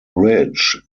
ridge